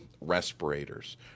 respirators